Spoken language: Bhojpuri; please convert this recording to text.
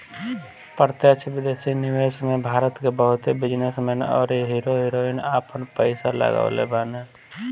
प्रत्यक्ष विदेशी निवेश में भारत के बहुते बिजनेस मैन अउरी हीरो हीरोइन आपन पईसा लगवले बाने